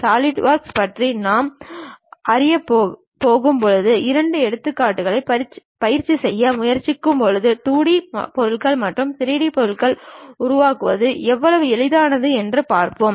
SolidWorks பற்றி நாம் அறியப் போகும்போது இரண்டு எடுத்துக்காட்டுகளைப் பயிற்சி செய்ய முயற்சிக்கும்போது 2D பொருள்கள் மற்றும் 3D பொருள்களை உருவாக்குவது எவ்வளவு எளிது என்று பார்ப்போம்